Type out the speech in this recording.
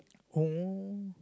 oh